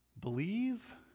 believe